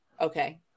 Okay